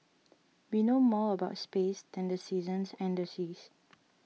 we know more about space than the seasons and the seas